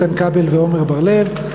איתן כבל ועמר בר-לב.